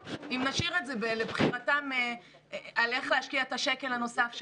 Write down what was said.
אם נשאיר את זה לבחירתם איך להשקיע את השקל הנוסף שלהם,